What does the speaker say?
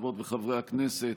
חברות וחברי הכנסת.